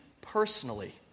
personally